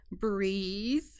breathe